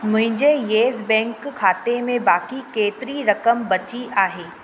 मुंहिंजे येसबैंक खाते में बाक़ी केतिरी रक़म बची आहे